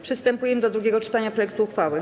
Przystępujemy do drugiego czytania projektu uchwały.